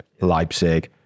Leipzig